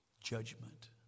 Judgment